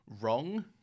wrong